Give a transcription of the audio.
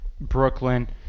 Brooklyn